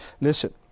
Listen